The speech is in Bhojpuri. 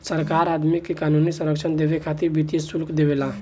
सरकार आदमी के क़ानूनी संरक्षण देबे खातिर वित्तीय शुल्क लेवे ला